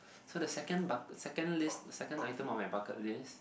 so the second bucket second list second item on my bucket list